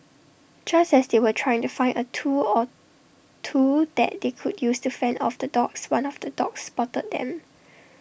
just as they were trying to find A tool or two that they could use to fend off the dogs one of the dogs spotted them